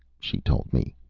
she told me.